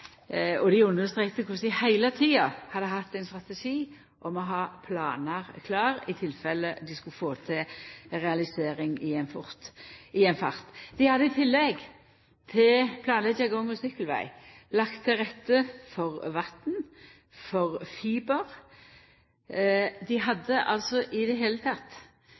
heile tida hadde hatt ein strategi om å ha planar klare i tilfelle dei skulle få til ei realisering i ein fart. Dei hadde i tillegg til planar om gang- og sykkelveg lagt til rette for vatn og for fiber. Dei hadde i det heile